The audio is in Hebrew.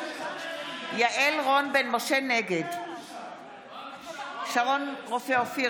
נגד שרון רופא אופיר,